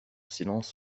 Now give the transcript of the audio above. silence